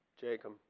Jacob